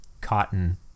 cotton